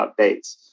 updates